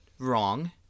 Wrong